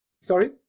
sorry